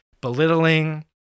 belittling